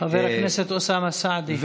חבר הכנסת אוסאמה סעדי.